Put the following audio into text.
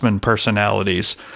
personalities